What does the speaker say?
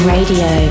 Radio